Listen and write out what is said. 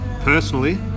Personally